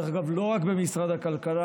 דרך אגב, לא רק במשרד הכלכלה.